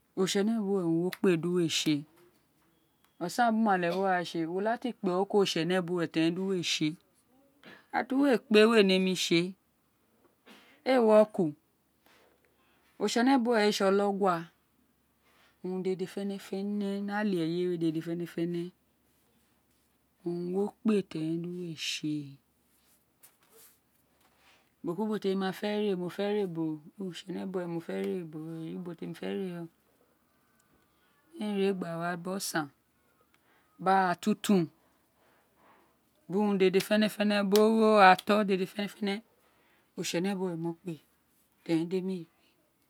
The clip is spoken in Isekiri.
Oritsene buwe owun wo ukpe dpo wo tse osaan br umale ti wo re gba tse wo la tr kpe oruko oritse nu we dr wo tse ira tr we kpe we ne mi tse oritsene nuwe owun re tsi ologua ní urun dede fenefene ní ní a leeyémè dede fénèfiẽńe owen wo kpe teren de wo tse cubo ky jubo tems ma fé ve who oritsene by we m̃o fe re ubo eyr ubo temi fé ve ren aba wa udo sán br gra tuntun bir umir ded penefeni br ogho ato br uran dédè fenefend oritsénè buwe mo kpe térèn dr.